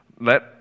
let